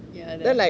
ya ya